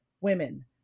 women